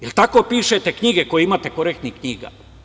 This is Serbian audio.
Da li tako pišete knjige koje imate korektnih knjiga?